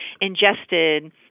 ingested